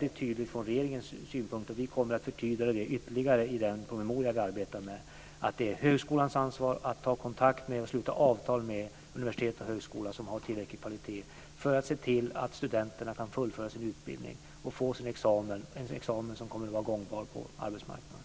det tydligt från regeringens sida - och vi kommer att förtydliga detta ytterligare i en promemoria vi arbetar med - att det är högskolans ansvar att ta kontakt med och sluta avtal med universitet eller högskola som har tillräckligt hög kvalitet i utbildningen, för att se till att studenterna kan fullfölja utbildningen och få en examen som är gångbar på arbetsmarknaden.